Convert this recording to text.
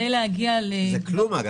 ארבע שעות זה כלום.